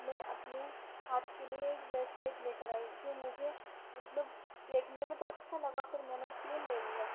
میں اپنے ہاتھ کے لیے ایک بریسلیٹ لے کر آئی جو مجھے مطلب دیکھنے میں تو اچھا لگا پھر میں نے اس لیے لے لیا